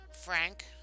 Frank